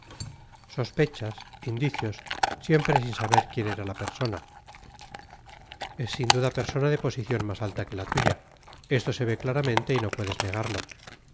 sospechas indicios siempre sin saber quién era la persona es sin duda persona de posición más alta que la tuya esto se ve claramente y no puedes negarlo